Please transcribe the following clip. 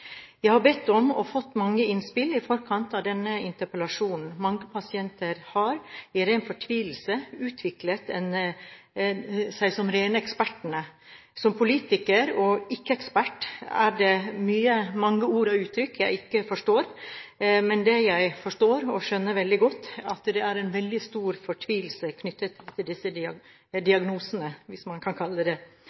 Jeg har bedt om, og har fått, mange innspill i forkant av denne interpellasjonen. Mange pasienter har, i ren fortvilelse, utviklet seg til de rene ekspertene. Som politiker og ikke-ekspert er det mange ord og uttrykk jeg ikke forstår, men det jeg forstår veldig godt, er at det er en veldig stor fortvilelse knyttet til disse diagnosene, hvis man kan kalle dem det.